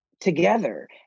together